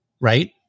right